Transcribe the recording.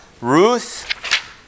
Ruth